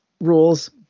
Rules